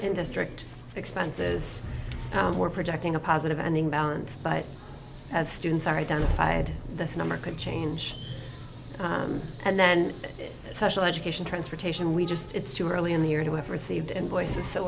in districts expenses we're projecting a positive ending balance but as students are identified this number could change and then that special education transportation we just it's too early in the year to have received invoices